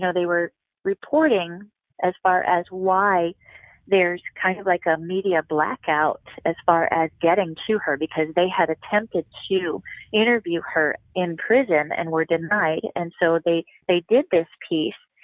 so they were reporting as far as why there's kind of like a media blackout as far as getting to her, because they had attempted to interview her in prison and were denied. and so they they did this piece,